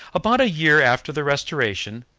about a year after the restoration,